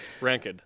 Ranked